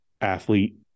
athlete